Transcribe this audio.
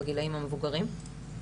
בגילאים המבוגרים.